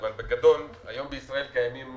היום בישראל קיימות